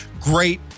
Great